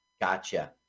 Gotcha